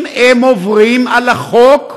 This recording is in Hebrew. אם הם עוברים על החוק,